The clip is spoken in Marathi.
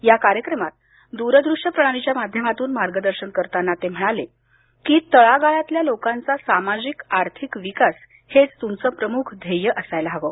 या कार्यक्रमात दूरदृश्य प्रणालीच्या माध्यमातून मार्गदर्शन करताना ते म्हणाले की तळागाळातल्या लोकांचा सामाजिक आर्थिक विकास हेच तुमचं प्रमुख्य ध्येय असायला हवं